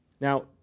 Now